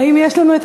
האם יש לנו את